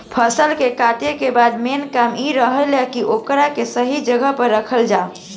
फसल के कातला के बाद मेन काम इ रहेला की ओकरा के सही जगह पर राखल जाव